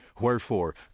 Wherefore